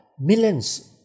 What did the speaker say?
millions